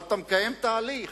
אבל אתה מקיים תהליך.